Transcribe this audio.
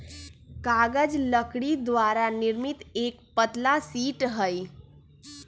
कागज लकड़ी द्वारा निर्मित एक पतला शीट हई